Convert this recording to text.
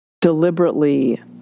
deliberately